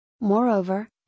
Moreover